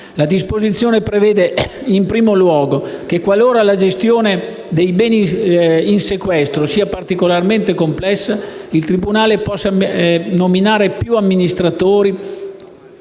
La disposizione prevede, in primo luogo, che qualora la gestione dei beni in sequestro sia particolarmente complessa, il tribunale può nominare più amministratori